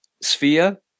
sphere